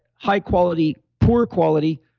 high quality, poor quality,